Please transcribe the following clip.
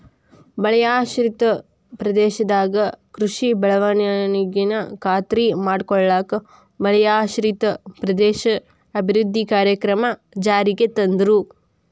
ಮಳೆಯಾಶ್ರಿತ ಪ್ರದೇಶದಾಗ ಕೃಷಿ ಬೆಳವಣಿಗೆನ ಖಾತ್ರಿ ಮಾಡ್ಕೊಳ್ಳಾಕ ಮಳೆಯಾಶ್ರಿತ ಪ್ರದೇಶ ಅಭಿವೃದ್ಧಿ ಕಾರ್ಯಕ್ರಮ ಜಾರಿಗೆ ತಂದ್ರು